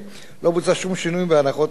לא בוצע שום שינוי בהנחות העבודה.